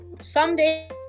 someday